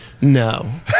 No